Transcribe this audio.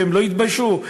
ולא התביישו.